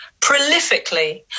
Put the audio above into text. prolifically